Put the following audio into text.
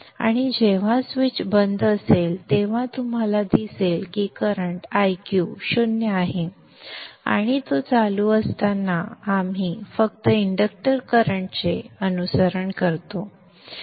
आणि जेव्हा स्विच बंद असेल तेव्हा तुम्हाला दिसेल की करंट Iq 0 आहे आणि तो चालू असताना आम्ही फक्त इंडक्टर करंटचे अनुसरण करतो